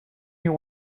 you